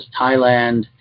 Thailand